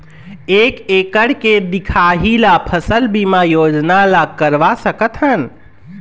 एक एकड़ के दिखाही ला फसल बीमा योजना ला करवा सकथन?